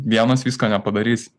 vienas visko nepadarysi